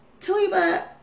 taliba